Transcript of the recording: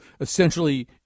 essentially